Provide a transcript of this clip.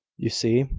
you see.